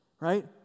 right